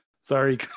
sorry